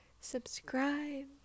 Subscribe